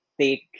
take